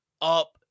up